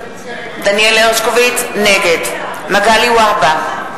נגד מגלי והבה,